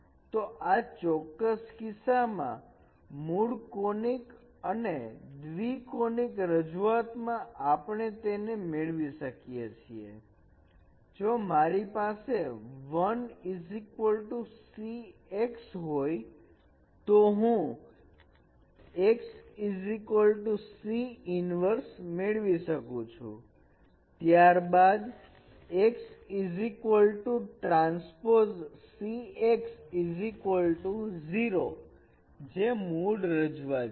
તો આ ચોક્કસ કિસ્સામાં મૂળ કોનીક અને દ્વિ કોનીક રજૂઆત માં આપણે તેને મેળવી શકીએ છીએ જો મારી પાસે 1 Cx હોય તો હું x C ઇન્વર્ષ મેળવું છું ત્યારબાદ x ટ્રાન્સપોઝ Cx 0 જે મૂળ રજૂઆત છે